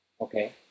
Okay